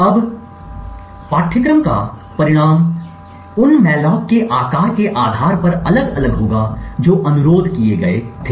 अब पाठ्यक्रम का परिणाम उन मॉलोक के आकार के आधार पर अलग अलग होगा जो अनुरोध किए गए थे